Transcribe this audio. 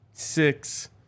Six